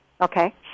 Okay